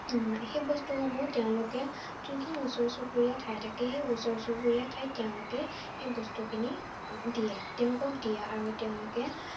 সেই বস্তুসমূহ তেওঁলোকে যোনখিনি ওচৰ চুবুৰীয়া ঠাই থাকে সেই ওচৰ চুবুৰীয়া ঠাইত তেওঁলোকে সেই বস্তুখিনি দিয়ে তেওঁলোকক দিয়ে আৰু তেওঁলোকে